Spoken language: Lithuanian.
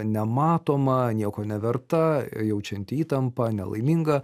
nematoma nieko neverta jaučianti įtampą nelaiminga